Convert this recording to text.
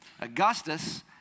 Augustus